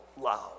loud